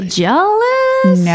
jealous